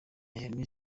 henri